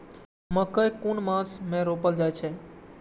मकेय कुन मास में रोपल जाय छै?